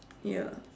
ya